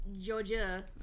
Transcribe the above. Georgia